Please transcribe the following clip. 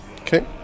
Okay